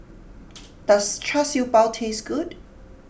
does Char Siew Bao taste good